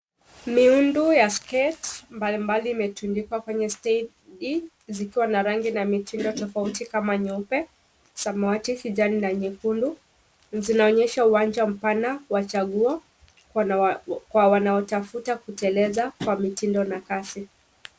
Miundo ya skate mbalimbali imetundikwa kwenye stendi zikiwa na rangi na mitindo tofauti kama nyeupe, samawati, kijani na nyekundu na zinaonyesha uwanja mpana wa chaguo kwa wanaotafuta kutueleza kwa mtindo na kasi.